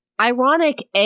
ironic